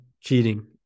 cheating